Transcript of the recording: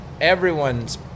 Everyone's